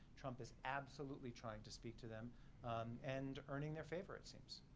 trump is absolutely trying to speak to them and earning their favor, it seems.